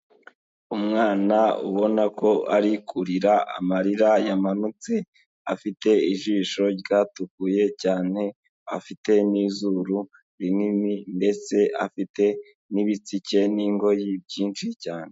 Umwana ubona ko ari kurira amarira yamanutse, afite ijisho ryatukuye cyane afite n'izuru rinini ndetse afite n'ibitsike n'ingoyi byinshi cyane.